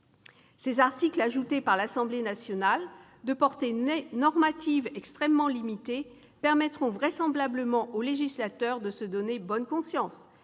Ces articles introduits par l'Assemblée nationale, de portée normative extrêmement limitée, permettront vraisemblablement au législateur de se donner bonne conscience